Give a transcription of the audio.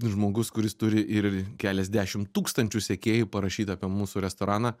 žmogus kuris turi ir keliasdešimt tūkstančių sekėjų parašyt apie mūsų restoraną